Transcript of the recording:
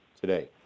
today